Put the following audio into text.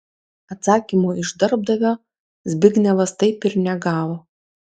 atsakymo iš darbdavio zbignevas taip ir negavo